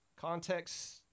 Context